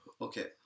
Okay